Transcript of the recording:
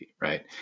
right